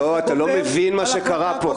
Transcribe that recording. לא, אתה לא מבין מה שקרה פה.